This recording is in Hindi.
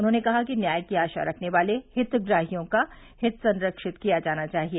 उन्होंने कहा कि न्याय की आशा रखने वाले हितग्राहियों का हित संरक्षित किया जाना चाहिए